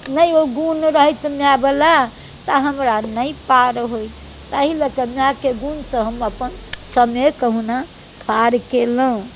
नहि ओ गुण रहैत माय बला तऽ हमरा नहि पार होइत तैं लऽ कऽ नहि मायके गुण तऽ हम अपन समय कहुना पार केलहुॅं